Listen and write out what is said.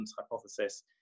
hypothesis